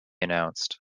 announced